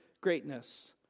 greatness